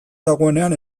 dagoenean